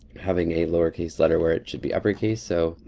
having a lower case letter where it should be upper case. so,